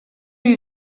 lui